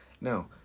No